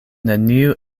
neniu